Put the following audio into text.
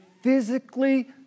physically